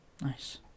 nice